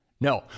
no